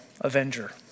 avenger